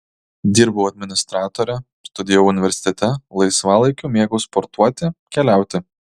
dirbau administratore studijavau universitete laisvalaikiu mėgau sportuoti keliauti